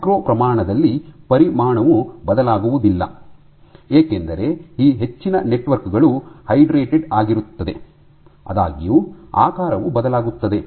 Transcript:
macro ಪ್ರಮಾಣದಲ್ಲಿ ಪರಿಮಾಣವು ಬದಲಾಗುವುದಿಲ್ಲ ಏಕೆಂದರೆ ಈ ಹೆಚ್ಚಿನ ನೆಟ್ವರ್ಕ್ ಗಳು ಹೈಡ್ರಾಟೆಡ್ ಆಗಿರುತ್ತದೆ ಆದಾಗ್ಯೂ ಆಕಾರವು ಬದಲಾಗುತ್ತದೆ